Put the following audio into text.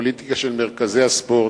הפוליטיקה של מרכזי הספורט,